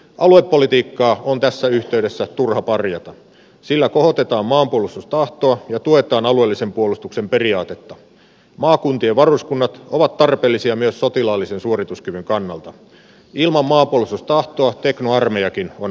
aluepolitiikka on tässä yhteydessä turha parjata sillä kohotetaan maanpuolustustahtoa ja tuetaan alueellisen puolustuksen periaatetta maakuntia varuskunnat ovat tarpeellisia myös sotilaallisen suorituskyvyn kannalta ilma maapuolustustahtoa teknoarmeijakin on